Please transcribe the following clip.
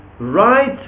right